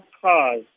cars